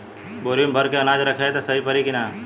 बोरी में भर के अनाज रखायी त सही परी की ना?